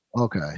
Okay